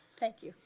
thank you.